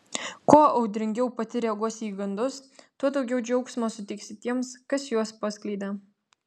kuo audringiau pati reaguosi į gandus tuo daugiau džiaugsmo suteiksi tiems kas juos paskleidė